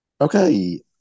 Okay